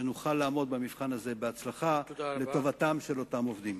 שנוכל לעמוד במבחן הזה בהצלחה לטובתם של אותם עובדים.